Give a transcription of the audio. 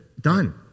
Done